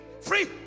free